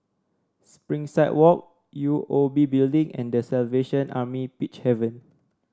Springside Walk U O B Building and The Salvation Army Peacehaven